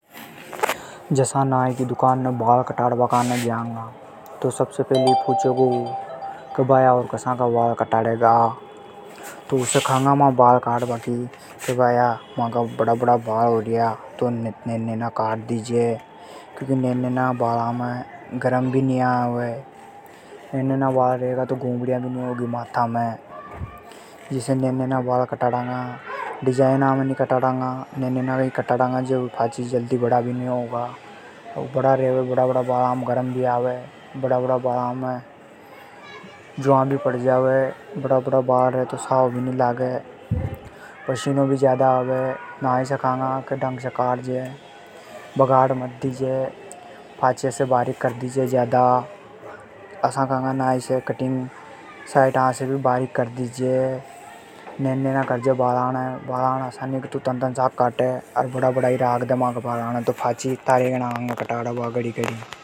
जसा नाई की दुकान ने बाल कटाबा जांगा। तो सबसे फैली पूछे गो वो कसी कटिंग करागा। उसे केंगा बाल काट बा कि भाया बड़ा बड़ा बाल होर्या। नैना नैना काट दीजे। नैना बाला में गरम भी नी आवे। माथा में गुमड़िया भी नी होगी। जिसे नैना बाल कटांगा। डिजाइन में नी कटावा। नैना रेगा तो जल्दी बड़ा भी नी होगा। बड़ा बाल रेवे तो साव भी नी लागे। पसीनो भी ज्यादा आवे। नाई से केंगा बढ़िया काट जे। नैना कर दीजे। बगाड़ जे मत।